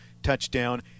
touchdown